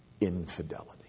infidelity